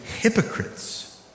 hypocrites